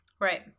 Right